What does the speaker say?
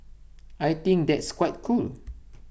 I think that's quite cool